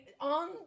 on